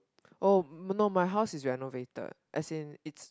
oh no my house is renovated as in it's